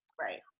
Right